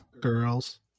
Girls